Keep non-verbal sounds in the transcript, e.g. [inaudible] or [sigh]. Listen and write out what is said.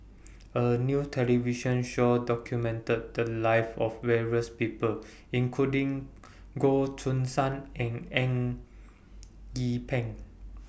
A New television Show documented The Lives of various People [noise] including Goh Choo San and Eng Yee Peng